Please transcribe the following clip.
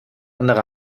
andere